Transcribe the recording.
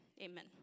amen